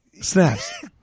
Snaps